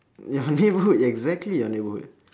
ya neighbourhood ya exactly your neighbourhood